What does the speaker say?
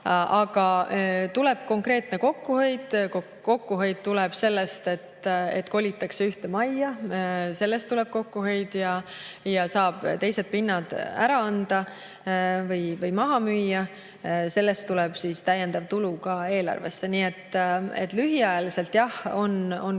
Aga tuleb konkreetne kokkuhoid. Kokkuhoid tuleb sellest, et kolitakse ühte majja, sellest tuleb kokkuhoid. Teised pinnad saab ära anda või maha müüa. Sellest tuleb täiendav tulu ka eelarvesse. Nii et lühiajaliselt jah on kulu,